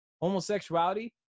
homosexuality